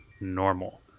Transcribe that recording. normal